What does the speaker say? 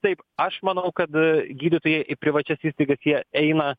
taip aš manau kad gydytojai į privačias įstaigas jie eina